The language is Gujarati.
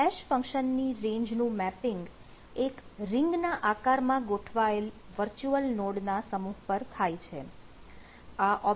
આ હેશ ફંકશન ની રેન્જનું મેપિંગ એક રીંગ ના આકારમાં ગોઠવાયેલ વર્ચ્યુઅલ નોડના સમૂહ પર થાય છે